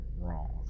wrong